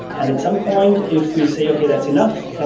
and at some point if we say, okay. that's enough.